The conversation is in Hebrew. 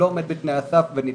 הוא לא עומד בתנאי הסף ונדחה,